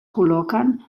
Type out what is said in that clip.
col·loquen